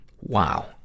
Wow